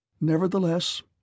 Nevertheless